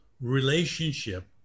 relationship